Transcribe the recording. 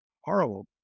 horrible